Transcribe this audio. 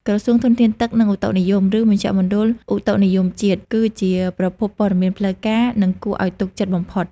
ក្រសួងធនធានទឹក និងឧតុនិយម ឬមជ្ឈមណ្ឌលឧតុនិយមជាតិ គឺជាប្រភពព័ត៌មានផ្លូវការ និងគួរឱ្យទុកចិត្តបំផុត។